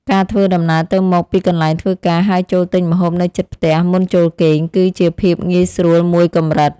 ការធ្វើដំណើរទៅមកពីកន្លែងធ្វើការហើយចូលទិញម្ហូបនៅជិតផ្ទះមុនចូលគេង គឺជាភាពងាយស្រួលមួយកម្រិត។